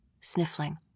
sniffling